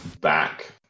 back